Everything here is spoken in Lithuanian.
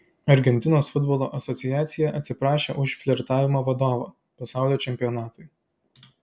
argentinos futbolo asociacija atsiprašė už flirtavimo vadovą pasaulio čempionatui